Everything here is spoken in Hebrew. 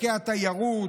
ערכי התיירות,